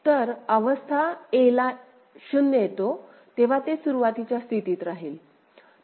तर अवस्था a ला 0 येतो तेव्हा ते सुरुवातीच्या स्थितीत राहील